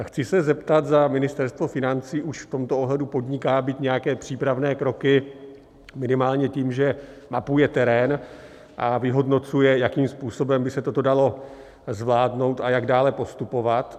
Chci se zeptat, zda Ministerstvo financí už v tomto ohledu podniká, byť nějaké přípravné kroky, minimálně tím, že mapuje terén a vyhodnocuje, jakým způsobem by se toto dalo zvládnout a jak dále postupovat.